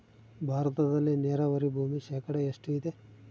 ಭಾರತದಲ್ಲಿ ನೇರಾವರಿ ಭೂಮಿ ಶೇಕಡ ಎಷ್ಟು ಇದೆ?